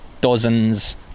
dozens